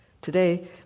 Today